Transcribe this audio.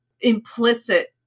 implicit